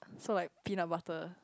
so like peanut butter